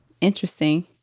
Interesting